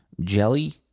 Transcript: jelly